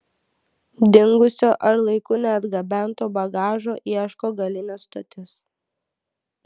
dingusio ar laiku neatgabento bagažo ieško galinė stotis